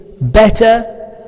better